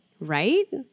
Right